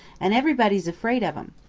and everybody's afraid of em.